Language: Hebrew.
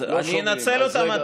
יש לך עוד